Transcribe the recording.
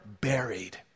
buried